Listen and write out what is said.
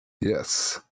Yes